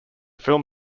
film